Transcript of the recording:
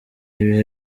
ibihe